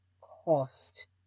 cost